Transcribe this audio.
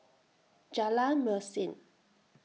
Jalan Mesin